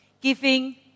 giving